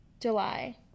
july